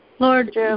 Lord